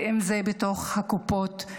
ואם זה בתוך הקופות.